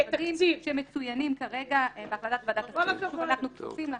המשרדים שמצוינים כרגע הם בהחלטת ועדת השרים פשוט אנחנו כפופים לה